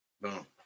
Boom